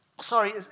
sorry